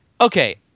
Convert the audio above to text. okay